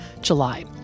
July